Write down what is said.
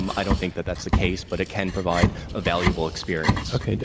um i don't think that that's the case, but it can provide a valuable experience. okay.